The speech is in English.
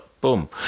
Boom